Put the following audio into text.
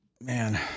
man